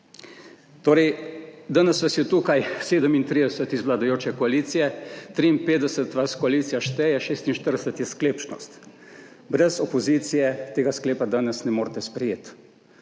stranke. Danes vas je tukaj 37 iz vladajoče koalicije, 53 vas koalicija šteje, 46 je sklepčnost. Brez opozicije tega sklepa danes ne morete sprejeti.